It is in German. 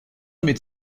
mit